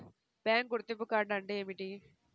Bank గుర్తింపు card అంటే ఏమిటి?